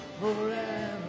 forever